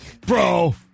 bro